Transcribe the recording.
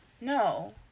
No